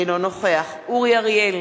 אינו נוכח אורי אריאל,